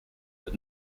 but